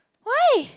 why